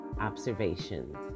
observations